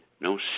no